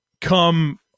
come